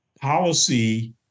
policy